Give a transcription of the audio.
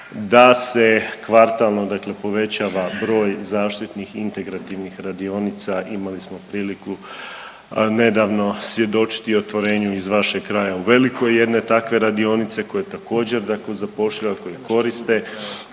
da se kvartalno dakle povećava broj zaštitnih integrativnih radionica. Imali smo priliku nedavno svjedočiti i otvorenju iz vašeg kraja u Velikoj jedne takve radionice koja također zapošljava koji koriste